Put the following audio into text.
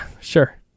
sure